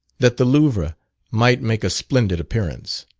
that the louvre might make a splendid appearance.